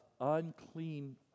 unclean